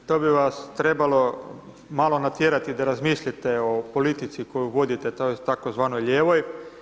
To bi vas trebalo malo natjerati da razmislite o politici koju vodite tzv. lijevoj.